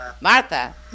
Martha